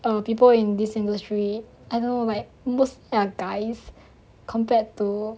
err people in this industry I don't know like mostly are guys compared to